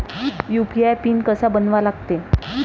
UPI PIN कसा बनवा लागते?